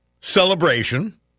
celebration